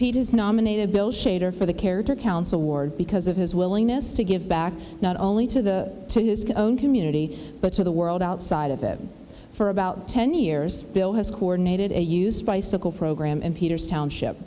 he just nominated bill schneider for the character counts award because of his willingness to give back not only to the to his own community but to the world outside of it for about ten years bill has coordinated a used bicycle program in peter's township